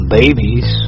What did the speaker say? babies